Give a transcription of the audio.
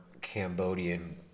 Cambodian